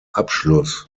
abschluss